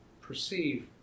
perceive